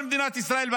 בשנת 2024. מדינת ישראל,